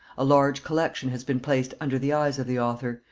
a large collection has been placed under the eyes of the author,